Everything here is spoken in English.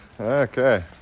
Okay